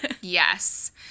Yes